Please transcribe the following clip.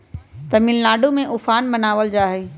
तमिलनाडु में उफान मनावल जाहई